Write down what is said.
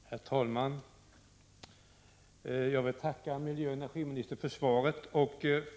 Herr talman! Jag tackar miljöoch energiministern för svaret.